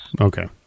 okay